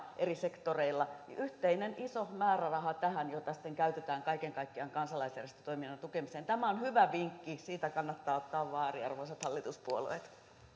eri sektoreilla tähän yhteinen iso määräraha jota sitten käytetään kaiken kaikkiaan kansalaisjärjestötoiminnan tukemiseen tämä on hyvä vinkki siitä kannattaa ottaa vaarin arvoisat hallituspuolueet